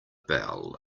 bell